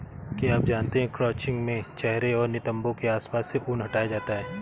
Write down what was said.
क्या आप जानते है क्रचिंग में चेहरे और नितंबो के आसपास से ऊन हटाया जाता है